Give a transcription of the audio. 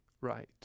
right